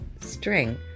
string